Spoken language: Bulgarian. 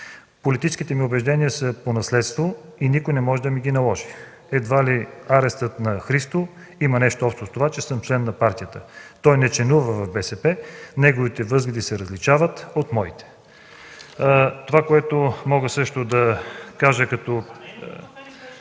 „Политическите ми убеждения са наследствени и никой не може да ми ги наложи. Едва ли арестът на Христо има нещо общо с това, че съм член на партията. Той не членува в БСП, неговите възгледи се различават от моите.” СТАНИСЛАВ ИВАНОВ (ГЕРБ, от